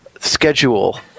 Schedule